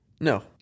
No